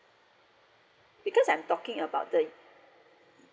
because I'm talking about the